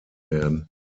werden